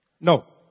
No